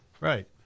Right